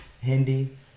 Hindi